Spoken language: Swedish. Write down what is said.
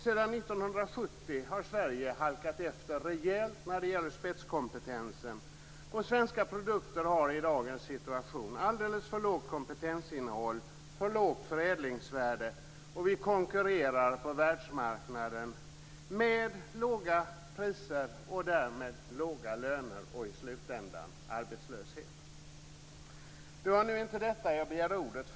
Sedan 1970 har Sverige halkat efter rejält när det gäller spetskompetensen. Svenska produkter har i dagens situation ett alldeles för lågt kompetensinnehåll och för lågt förädlingsvärde. På världsmarknaden konkurrerar vi med låga priser och därmed med låga löner och, i slutändan, med arbetslöshet. Det var emellertid inte för att säga detta som jag begärde ordet.